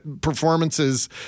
performances